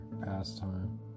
pastime